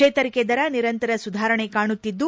ಚೇತರಿಕೆ ದರ ನಿರಂತರ ಸುಧಾರಣೆ ಕಾಣುತ್ತಿದ್ದು